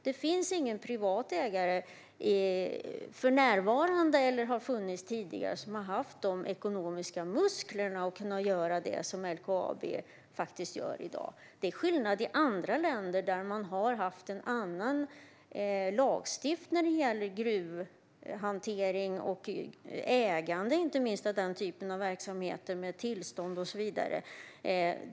Det finns ingen privat ägare för närvarande eller har funnits tidigare som har haft ekonomiska muskler att göra det som LKAB gör i dag. Det är skillnad i andra länder, där man har haft en annan lagstiftning när det gäller gruvhantering och inte minst ägande av den typen av verksamheter med tillstånd och så vidare.